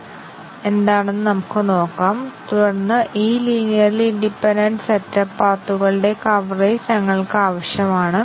അങ്ങനെയാകുമ്പോൾ ഞങ്ങൾ condition coverage വെറും 13 ഉപയോഗിച്ച് ഒന്നിലധികം കണ്ടീഷൻ കവറേജ് നേടിയേക്കാം